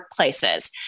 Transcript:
workplaces